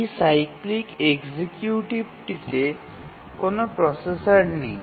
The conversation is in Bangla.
এই সাইক্লিক এক্সিকিউটিভটিতে কোনও প্রসেসর নেই